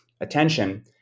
attention